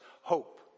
hope